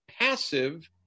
passive